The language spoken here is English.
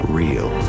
real